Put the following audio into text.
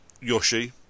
Yoshi